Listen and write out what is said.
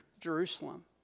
Jerusalem